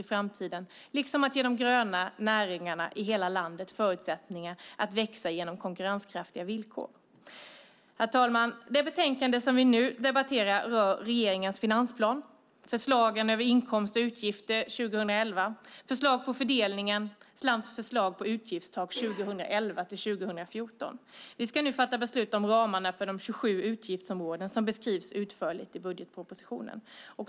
Det gäller också att ge de gröna näringarna i hela landet förutsättningar att växa genom konkurrenskraftiga villkor. Herr talman! Det betänkande som vi nu debatterar rör regeringens finansplan, förslag på inkomster och utgifter 2011, förslag på fördelningen samt förslag på utgiftstak 2011-2014. Vi ska nu fatta beslut om ramarna för de 27 utgiftsområden som beskrivs utförligt i budgetpropositionen.